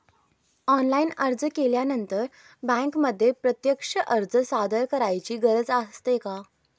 Online अर्ज केल्यानंतर बँकेमध्ये प्रत्यक्ष अर्ज सादर करायची गरज असते का?